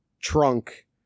trunk